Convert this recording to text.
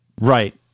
Right